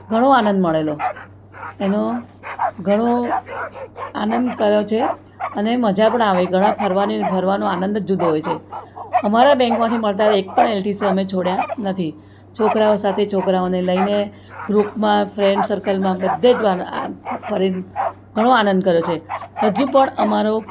ઘણો આનંદ મળેલો એનો ઘણો આનંદ કર્યો છે અને મજા પણ આવે ઘણા ફરવાની ફરવાનો આનંદ જ જુદો હોય છે અમારા બેંકમાંથી મળતા એક પણ એલટીસી અમે છોડ્યા નથી છોકરાઓ સાથે છોકરાઓને લઈને ગ્રૂપમાં ફ્રેન્ડ સર્કલમાં બધે જ આ ફરીન ઘણો આનંદ કર્યો છે હજુ પણ અમારો